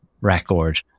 record